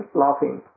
laughing